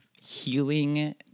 healing